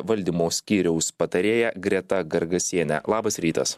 valdymo skyriaus patarėja greta gargasienė labas rytas